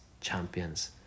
champions